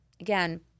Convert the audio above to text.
again